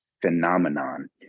phenomenon